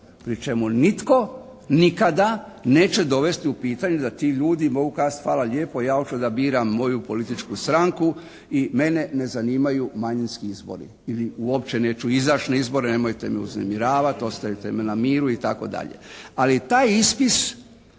pri čemu nitko nikada neće dovesti u pitanje da ti ljudi mogu kazati hvala lijepo, ja hoću da biram moju političku stranku i mene ne zanimaju manjinski izbori ili uopće neću izaći na izbore, nemojte me uznemiravati, ostavite me na miru itd. Ali taj ispis